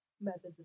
Methods